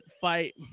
fight